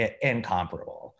incomparable